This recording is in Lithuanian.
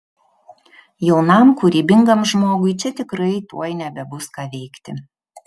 jaunam kūrybingam žmogui čia tikrai tuoj nebebus ką veikti